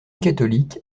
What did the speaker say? catholique